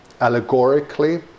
allegorically